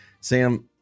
Sam